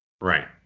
Right